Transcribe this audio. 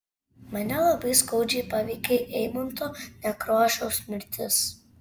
mane labai skaudžiai paveikė eimunto nekrošiaus mirtis